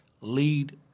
lead